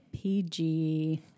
PG